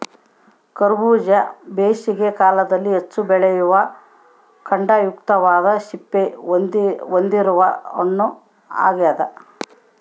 ಕರಬೂಜ ಬೇಸಿಗೆ ಕಾಲದಲ್ಲಿ ಹೆಚ್ಚು ಬೆಳೆಯುವ ಖಂಡಯುಕ್ತವಾದ ಸಿಪ್ಪೆ ಹೊಂದಿರುವ ಹಣ್ಣು ಆಗ್ಯದ